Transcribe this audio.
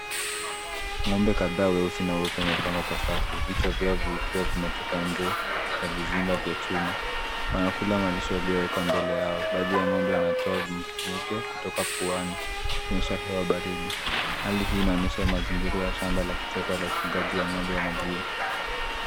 Ng'ombe kadhaa weusi na weupe wamepangwa kwa safu, vichwa vyao vikiwa vimetoka nje ya vizimba vya chuma. Wanakula malisho yaliyowekwa mbele yao, baadhi ya ng'ombe wanatoa mvuke kutoka puani, kuonyesha hewa baridi. Hali hii inaonyesha mazingira ya shamba la kisasa la ufugaji wa ng'ombe wa maziwa.